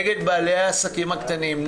נגד בעלי העסקים הקטנים,